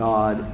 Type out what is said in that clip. God